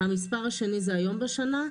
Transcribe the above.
המספר השני זה היום בשנה,